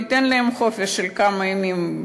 תיתן להם "חופש" של כמה ימים,